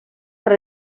per